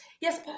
Yes